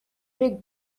big